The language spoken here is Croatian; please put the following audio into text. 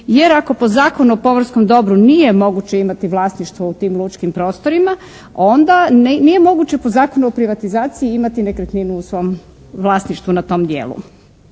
jer ako po Zakonu o pomorskom dobru nije moguće imati vlasništvo u tim lučkim prostorima onda nije moguće po Zakonu o privatizaciji imati nekretninu u svom vlasništvu na tom dijelu.